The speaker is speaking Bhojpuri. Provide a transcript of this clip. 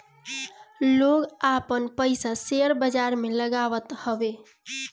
लोग आपन पईसा शेयर बाजार में लगावत हवे